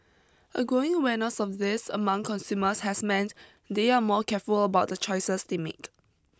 a growing awareness of this among consumers has meant they are more careful about the choices they make